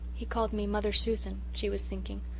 he called me mother susan she was thinking.